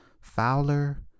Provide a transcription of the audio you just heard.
Fowler